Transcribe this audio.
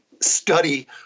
study